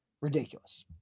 Ridiculous